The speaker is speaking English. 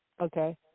Okay